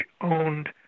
owned